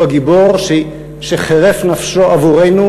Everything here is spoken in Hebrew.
הוא הגיבור שחירף נפשו עבורנו,